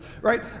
right